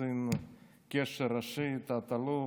קצין קשר ראשי, תת-אלוף,